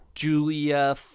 Julia